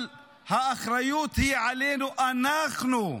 אבל האחריות היא עלינו, אנחנו,